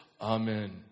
amen